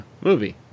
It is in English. movie